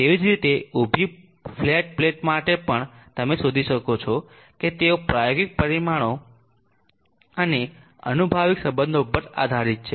તેવી જ રીતે ઊભી ફ્લેટ પ્લેટ માટે પણ તમે શોધી શકો છો કે તેઓ પ્રાયોગિક પરિણામો અને આનુભાવિક સંબંધો પર આધારિત છે